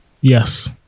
Yes